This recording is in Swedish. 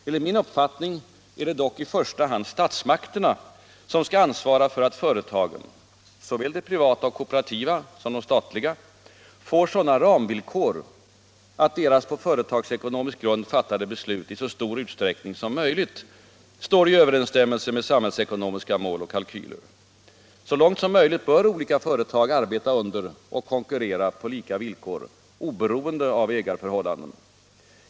Enligt min uppfattning är det dock i första hand statsmakterna som skall ansvara för att företagen — såväl de privata och kooperativa som de statliga — får sådana ramvillkor, att deras på företagsekonomisk grund fattade beslut i så stor utsträckning som möjligt står i överensstämmelse med samhällsekonomiska mål och kalkyler. Så långt som möjligt bör olika företag arbeta under och konkurrera på lika villkor oberoende av ägarförhållandena.